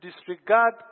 disregard